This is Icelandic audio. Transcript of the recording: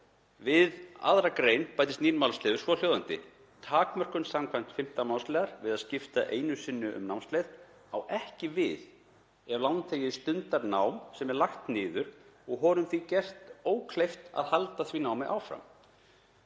„Við 2. gr. bætist nýr málsliður, svohljóðandi: Takmörkun skv. 5. málsl. við að skipta einu sinni um námsleið á ekki við ef lánþegi stundar nám sem er lagt niður og honum því gert ókleift að halda því námi áfram.“